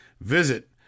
Visit